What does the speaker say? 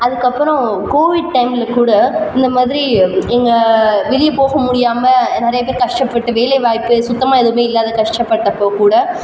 அதுக்கப்புறம் கோவிட் டைமில் கூட இந்தமாதிரி எங்கள் வெளியே போக முடியாமல் நிறையா பேர் கஷ்டப்பட்டு வேலைவாய்ப்பு சுத்தமாக எதுவுமே இல்லாத கஷ்டப்பட்டப்போ கூட